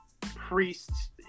priests